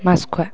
মাছখোৱা